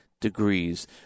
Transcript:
degrees